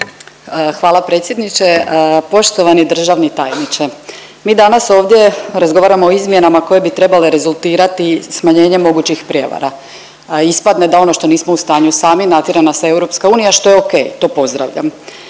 Hvala predsjedniče, poštovani državni tajniče. Mi danas ovdje razgovaramo o izmjenama koje bi trebale rezultirati smanjenjem mogućih prijevara. Ispadne da ono što nismo u stanju sami, natjera nas EU, što je okej, to pozdravljam.